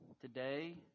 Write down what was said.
Today